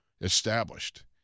established